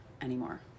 anymore